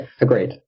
agreed